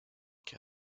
que